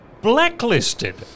blacklisted